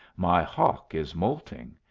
my hawk is moulting.